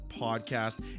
podcast